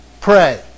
pray